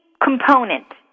component